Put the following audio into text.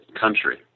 country